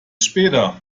später